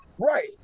Right